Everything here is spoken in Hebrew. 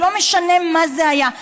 ולא משנה מה זה היה.